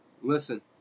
Listen